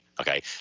Okay